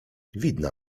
widna